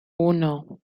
uno